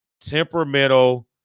temperamental